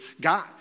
God